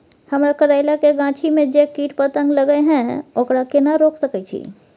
हमरा करैला के गाछी में जै कीट पतंग लगे हैं ओकरा केना रोक सके छी?